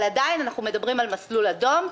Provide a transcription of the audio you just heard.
אבל עדיין אנחנו מדברים על מסלול אדום.